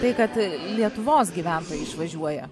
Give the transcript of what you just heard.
tai kad lietuvos gyventojai išvažiuoja